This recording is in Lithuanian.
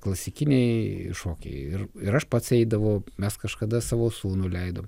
klasikiniai šokiai ir ir aš pats eidavau mes kažkada savo sūnų leidom